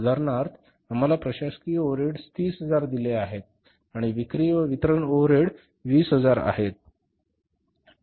उदाहरणार्थ आम्हाला प्रशासकीय ओव्हरहेड्स 30000 दिले आहेत आणि विक्री व वितरण ओव्हरहेड 20000 आहेत